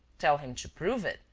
tell him to prove it!